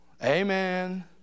Amen